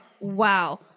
wow